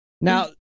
Now